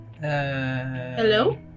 hello